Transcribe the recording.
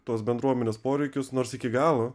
tos bendruomenės poreikius nors iki galo